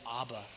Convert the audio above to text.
Abba